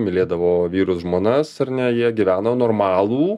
mylėdavo vyrus žmonas ar ne jie gyveno normalų